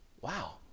Wow